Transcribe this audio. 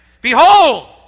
Behold